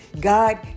God